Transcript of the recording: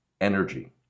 energy